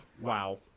Wow